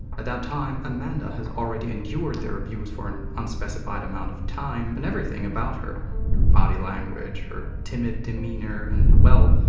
at that time, amanda has already endured their abuse for an unspecified amount of time and everything about her her body language, her timid demeanor and, well.